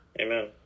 Amen